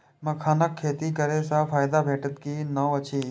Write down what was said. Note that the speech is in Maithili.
मखानक खेती करे स फायदा भेटत की नै अछि?